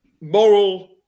moral